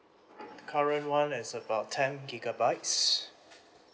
current one is about ten gigabytes